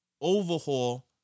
overhaul